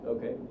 Okay